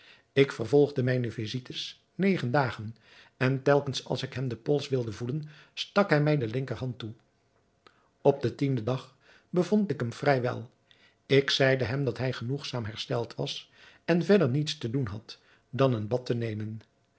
ik vervolgde mijne visites negen dagen en telkens als ik hem de pols wilde voelen stak hij mij de linkerhand toe op den tienden dag bevond ik hem vrij wel ik zeide hem dat hij genoegzaam hersteld was en verder niets te doen had dan een bad te nemen